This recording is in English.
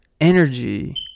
energy